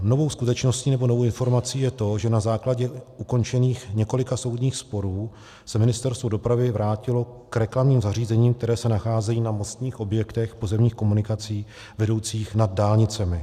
Novou skutečností nebo novou informací je to, že na základě ukončených několika soudních sporů se Ministerstvo dopravy vrátilo k reklamním zařízením, která se nacházejí na mostních objektech pozemních komunikací vedoucích nad dálnicemi.